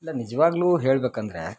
ಈಗ ನಿಜ್ವಾಗಲು ಹೇಳ್ಬೇಕಂದರೆ